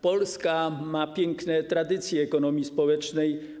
Polska ma piękne tradycje ekonomii społecznej.